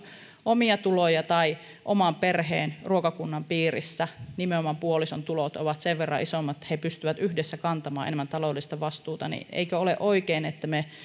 omia tuloja tai oman perheen tai ruokakunnan piirissä nimenomaan puolison tulot ovat sen verran isommat että he pystyvät yhdessä kantamaan enemmän taloudellista vastuuta niin eikö ole oikein että me